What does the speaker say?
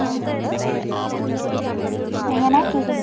മ് എങ്ങനെ കേൾക്കുന്ന്